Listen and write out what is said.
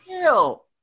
hell